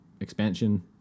expansion